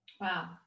Wow